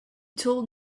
told